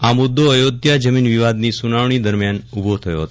આ મુદ્દો અયોધ્યા જમીન વિવાદની સુનાવક્રી દરમિયાન ઉભો થયો હતો